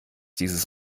dieses